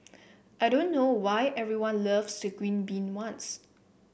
I don't know why everyone loves the green bean ones